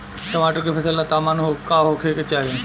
टमाटर के फसल ला तापमान का होखे के चाही?